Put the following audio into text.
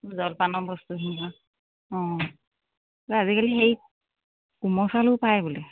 জলপানৰ বস্তুখিনি অঁ আজিকালি সেই কোমল চাউলো পায় বোলে